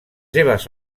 seves